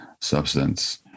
substance